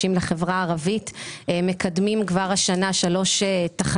כל שנה יש יישובים